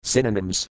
Synonyms